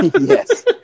yes